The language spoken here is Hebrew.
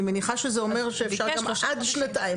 אני מניחה שזה אומר שאפשר עד שנתיים,